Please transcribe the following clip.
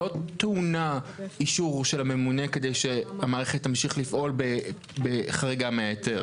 לא צריך אישור של הממונה כדי שהמערכת תמשיך לפעול בחריגה מההיתר.